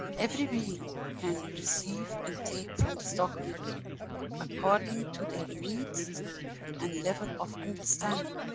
every being can receive and take from this document according to their needs and level of understanding.